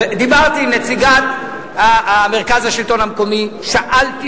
דיברתי עם נציגת מרכז השלטון המקומי ושאלתי